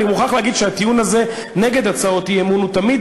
אני מוכרח להגיד שהטיעון הזה נגד הצעות אי-אמון תמיד